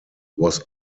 was